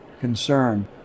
concern